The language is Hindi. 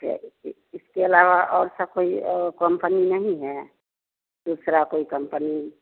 अच्छा इसके अलावा और सा कोई कम्पनी नहीं है दूसरी कोई कम्पनी